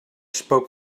spoke